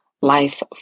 life